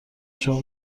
شما